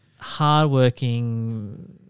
Hard-working